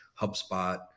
HubSpot